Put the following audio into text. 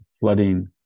flooding